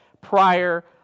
prior